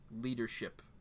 leadership